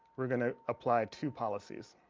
we're going to apply two policies